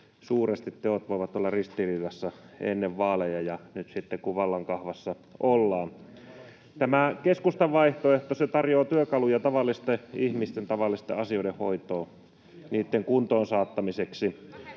suuresti teot voivat olla ristiriidassa ennen vaaleja ja nyt sitten, kun vallankahvassa ollaan. Tämä keskustan vaihtoehto tarjoaa työkaluja tavallisten ihmisten tavallisten asioiden hoitoon, [Mauri Peltokangas: